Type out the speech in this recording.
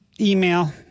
email